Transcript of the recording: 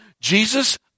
Jesus